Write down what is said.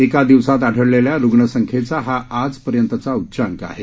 एका दिवसात आढळलेल्या रुग्णसंख्येचा हा आजपर्यंतचा उच्चांक आहे